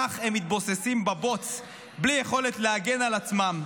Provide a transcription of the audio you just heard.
כך הם מתבוססים בבוץ בלי יכולת להגן על עצמם.